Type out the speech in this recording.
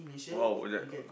!wow! that